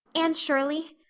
anne shirley,